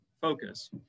focus